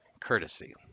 Courtesy